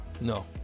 No